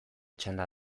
txanda